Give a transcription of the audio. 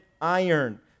iron